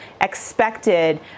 expected